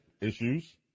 issues